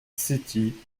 city